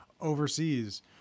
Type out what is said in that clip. overseas